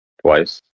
twice